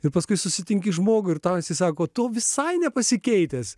ir paskui susitinki žmogų ir tau atsisako to visai nepasikeitęs